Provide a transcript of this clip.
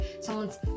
someone's